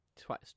twice